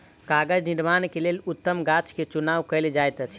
कागज़ निर्माण के लेल उत्तम गाछ के चुनाव कयल जाइत अछि